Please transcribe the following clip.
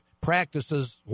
practices